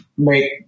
make